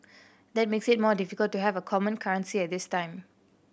that makes it more difficult to have a common currency at this time